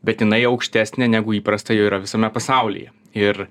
bet jinai aukštesnė negu įprasta yra visame pasaulyje ir